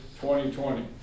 2020